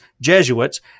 Jesuits